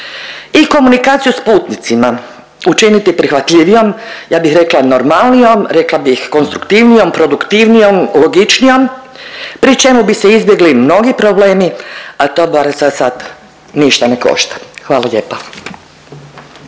i komunikaciju s putnicima učiniti prihvatljivijom, ja bih rekla normalnijom, rekla bih konstruktivnijom, produktivnijom, logičnijom pri čemu bi se izbjegli mnogi problemi, a to bar zasad ništa ne košta, hvala lijepa.